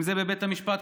אם זה בבית המשפט,